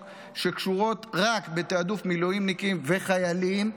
שקשורות רק בתיעדוף מילואימניקים וחיילים,